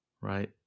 Right